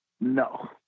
No